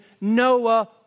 Noah